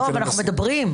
אנחנו מדברים בכל מקום.